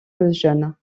lejeune